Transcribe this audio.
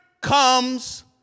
comes